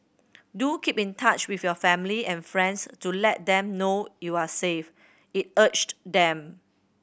do keep in touch with your family and friends to let them know you are safe it urged them